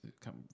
come